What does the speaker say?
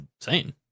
insane